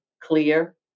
clear